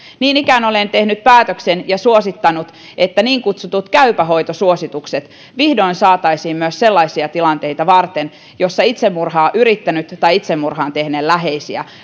niin ikään olen tehnyt päätöksen ja suosittanut että niin kutsutut käypä hoito suositukset saataisiin vihdoin myös sellaisia tilanteita varten joissa sote ammattilaiset kohtaavat itsemurhaa yrittäneitä tai itsemurhan tehneen läheisiä